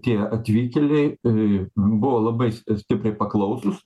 tie atvykėliai buvo labai sti stipriai paklausūs